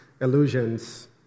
illusions